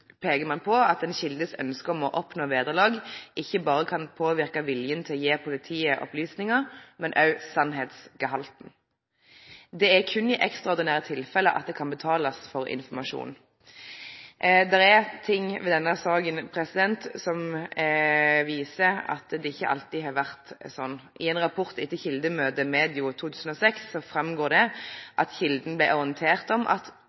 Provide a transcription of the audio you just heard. peker man på at en kildes ønske om å oppnå vederlag ikke bare kan påvirke viljen til å gi politiet opplysninger, men også sannhetsgehalten. Det er kun i ekstraordinære tilfeller at det kan betales for informasjon. Det er forhold ved denne saken som viser at det ikke alltid har vært sånn. I en rapport etter et kildemøte medio 2006 framgår det at kilden ble orientert om at